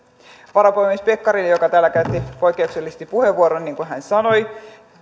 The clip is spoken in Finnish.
varapuhemies pekkarinen joka täällä käytti poikkeuksellisesti puheenvuoron niin kuin hän sanoi